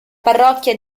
parrocchia